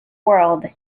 world